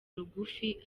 rugufi